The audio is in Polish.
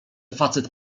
facet